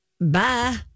Bye